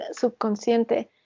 subconsciente